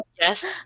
Yes